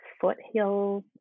foothills